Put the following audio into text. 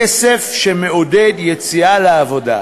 כסף שמעודד יציאה לעבודה,